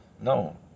No